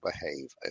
behave